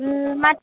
मा